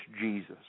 Jesus